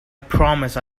promise